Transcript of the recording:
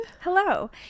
Hello